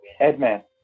Edman